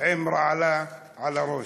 עם רעלה על הראש?